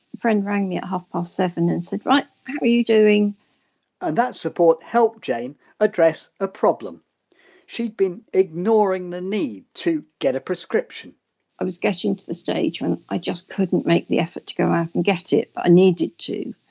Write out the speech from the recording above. friend rang me at half past seven and said right, how are you doing and that support helped jane address a problem she'd been ignoring the need to get a prescription i was getting to the stage when i just couldn't make the effort to go out and get it but i needed to.